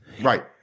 Right